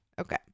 Okay